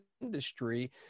industry